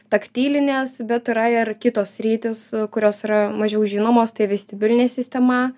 taktilinės bet yra ir kitos sritys kurios yra mažiau žinomos tai vestibiulinė sistema